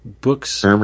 books